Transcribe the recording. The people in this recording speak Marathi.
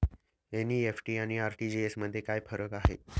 एन.इ.एफ.टी आणि आर.टी.जी.एस मध्ये काय फरक आहे?